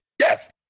yes